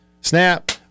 Snap